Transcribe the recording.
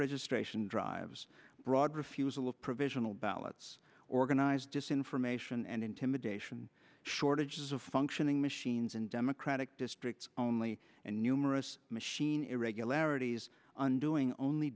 registration drives broad refusal of provisional ballots organized just information and intimidation shortages of functioning machines in democratic districts only and numerous machine irregularities on doing only